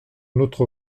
notre